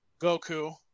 Goku